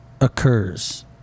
occurs